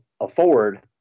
afford